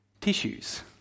tissues